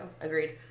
Agreed